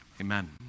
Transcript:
Amen